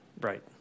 Right